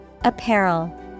Apparel